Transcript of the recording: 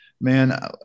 man